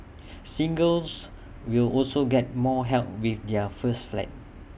singles will also get more help with their first flat